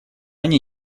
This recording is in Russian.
они